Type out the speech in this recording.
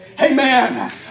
Amen